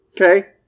Okay